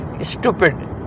stupid